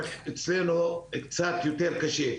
רק אצלנו קצת יותר קשה.